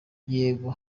yego